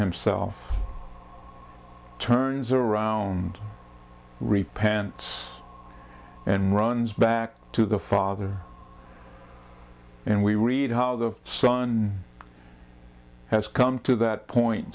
himself turns around repentance and runs back to the father and we read how the son has come to that point